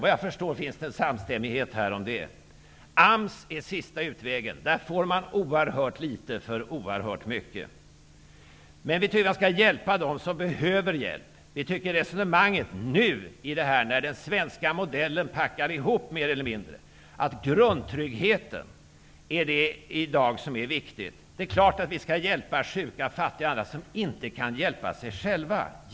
Efter vad jag förstår finns det en samstämmighet här om detta. AMS är sista utvägen. Där får man oerhört litet för oerhört mycket pengar. Vi skall emellertid hjälpa dem som behöver hjälp. När den svenska modellen nu håller på att packa ihop mer eller mindre, är grundtryggheten det viktiga. Det är klart att vi skall hjälpa sjuka och fattiga, som inte kan hjälpa sig själva.